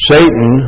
Satan